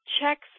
checks